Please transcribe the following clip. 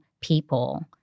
people